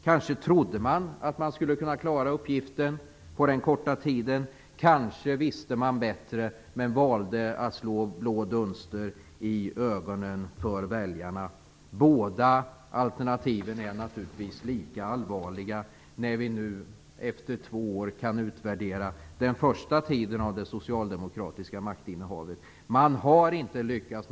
Kanske trodde man att man skulle kunna klara uppgiften på den korta tiden. Kanske visste man bättre men valde att slå blå dunster i ögonen på väljarna. Båda alternativen är naturligtvis lika allvarliga när vi nu efter två år kan utvärdera den första tiden av det socialdemokratiska maktinnehavet. Man har inte lyckats.